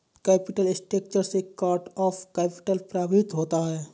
capital structure से cost of capital प्रभावित होता है